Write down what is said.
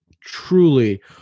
truly